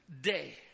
day